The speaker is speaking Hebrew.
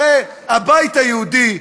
הרי הבית היהודי,